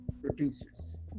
producers